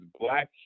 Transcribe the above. black